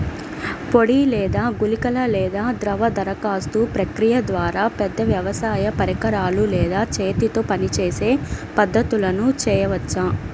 పొడి లేదా గుళికల లేదా ద్రవ దరఖాస్తు ప్రక్రియల ద్వారా, పెద్ద వ్యవసాయ పరికరాలు లేదా చేతితో పనిచేసే పద్ధతులను చేయవచ్చా?